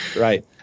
right